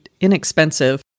inexpensive